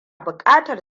bukatar